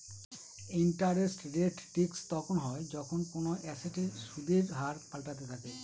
interest rate risk তখন হয় যখন কোনো এসেটের সুদের হার পাল্টাতে থাকে